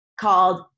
called